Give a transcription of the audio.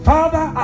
Father